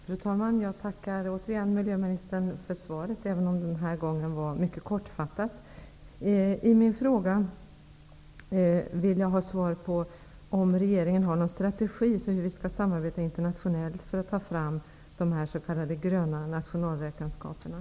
Fru talman! Jag tackar återigen miljöministern för svaret, även om det den här gången var mycket kortfattat. Genom min fråga ville jag ha svar på om regeringen har någon strategi för hur vi skall samarbeta internationellt för att ta fram de s.k. gröna nationalräkenskaperna.